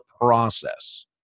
process